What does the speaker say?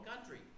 country